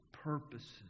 purposes